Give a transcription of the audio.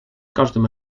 każdym